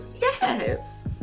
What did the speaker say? Yes